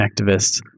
activists